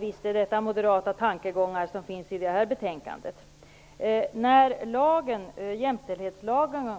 Visst är det moderata tankegångar som finns i detta betänkande. När denna kammare 1979 fattade beslut om jämställdhetslagen